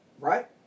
Right